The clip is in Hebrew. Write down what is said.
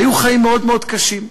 היו חיים מאוד מאוד קשים.